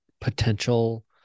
potential